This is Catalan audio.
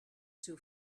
seu